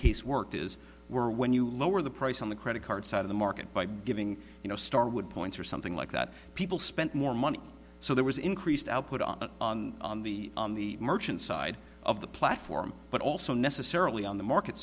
case worked is were when you lower the price on the credit card side of the market by giving you know starwood points or something like that people spent more money so there was increased output on the on the merchant side of the platform but also necessarily on the market